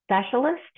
specialist